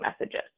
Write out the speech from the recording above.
messages